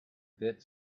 bit